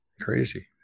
Crazy